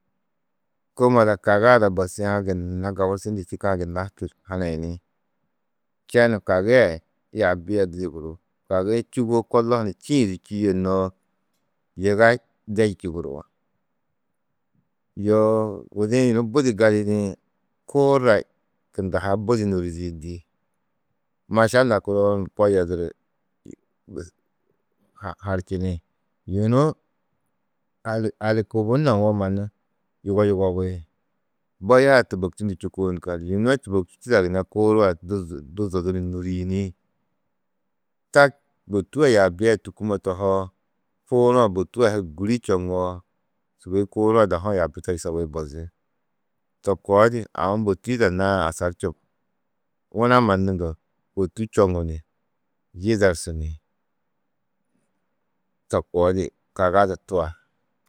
Kômo ada kagaa ada bosiã gunna gaburtundu čîkã gunna hanayini, čenu kagi a yaabi a di yuguruu. Kagi čûwo kollo hunu čîĩ du čîie noo, yiga de yuguruú, yoo gudi-ĩ yunu budi gali yidĩ, kuur a tunda ha budi nûridiyindi, maša nakuroo ni ko yoduri, harčini, yunu kubu nawo mannu yugoyugobi, boyaa tûboktundu čûkoo ni kal, yunu tûboktu čîdaa gunna kuurua du zodu ni nûriyini. Tak bôtua yaabi tûkumo tohoo, kuuru-ã bôtu a hi gûri čoŋoo, sûgoi kuuru-ã dahu-ã yaabi to yusobi bozú, to koo di aũ bôtu yidanãá asar čubu. Wuna mannu ndoo bôtu čoŋu ni yidersu ni to koo di kaga du tua.